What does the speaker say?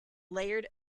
layered